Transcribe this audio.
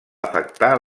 afectar